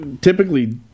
typically